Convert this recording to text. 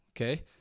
okay